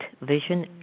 vision